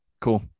Cool